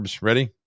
ready